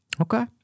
Okay